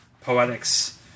poetics